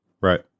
Right